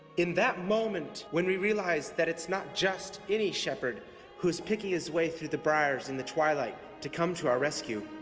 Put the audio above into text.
in that moment, when we realize that it's not just any shepherd who is picking his way through the briars in the twilight to come to our rescue,